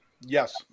Yes